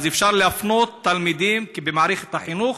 אפשר להפנות תלמידים ממערכת החינוך,